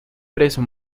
preso